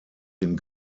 den